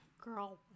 Girl